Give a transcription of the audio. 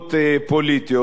מסיבות פוליטיות.